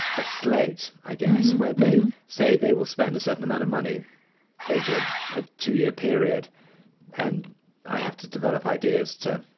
a slight, i guess, where they say they will spend a certain amount of money over ah a two year period and i have to develop ideas to